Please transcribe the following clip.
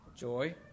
Joy